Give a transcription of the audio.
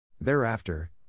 Thereafter